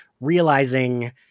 realizing